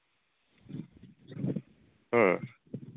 ᱦᱩᱸ